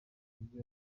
nibwo